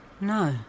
No